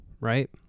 right